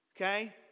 Okay